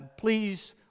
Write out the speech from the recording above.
please